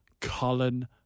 Colin